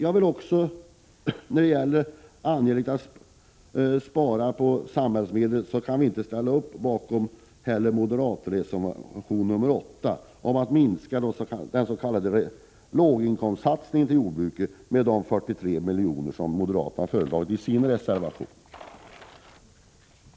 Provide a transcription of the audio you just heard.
Även om det är angeläget att spara på samhällsmedel kan vi inte ställa oss bakom kravet i den moderata reservationen 8 om att minska den s.k. låginkomstsatsningen inom jordbruket med 43 milj.kr.